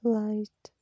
light